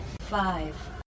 five